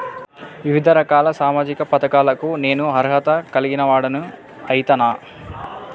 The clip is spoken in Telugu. వివిధ రకాల సామాజిక పథకాలకు నేను అర్హత ను కలిగిన వాడిని అయితనా?